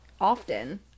often